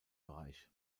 bereich